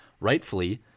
rightfully